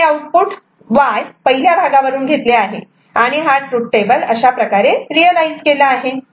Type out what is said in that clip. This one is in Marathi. आपण हे आउटपुट Y पहिल्या भागावरून घेतले आहे आणि आणि हा ट्रूथ टेबल अशाप्रकारे रियलायझ केला आहे